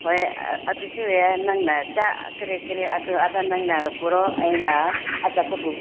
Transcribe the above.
ꯍꯣꯏ ꯑꯗꯨꯁꯨ ꯌꯥꯏ ꯅꯪꯅ ꯀꯔꯤ ꯀꯔꯤ ꯑꯗꯨ ꯑꯗꯥ ꯅꯪꯅ ꯄꯨꯔꯛꯣ ꯑꯩꯅ ꯑꯆꯥꯄꯣꯠ